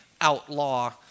outlaw